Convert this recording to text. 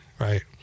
right